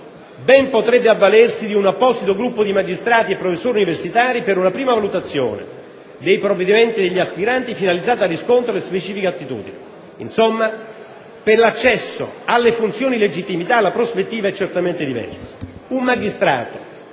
ben potrebbe avvalersi di un apposito gruppo di magistrati e professori universitari per una prima valutazione dei provvedimenti degli aspiranti finalizzata al riscontro delle specifiche attitudini. Insomma, per l'accesso alle funzioni di legittimità la prospettiva è certamente diversa: un magistrato,